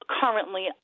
currently